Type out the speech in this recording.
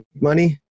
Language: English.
money